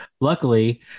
Luckily